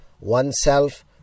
oneself